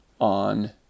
on